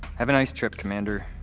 have a nice trip, commander.